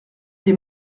des